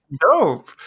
dope